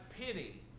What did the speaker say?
pity